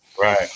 right